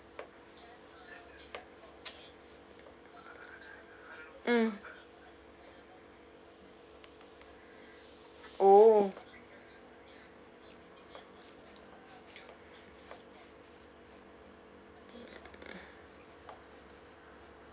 mm oh